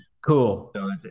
Cool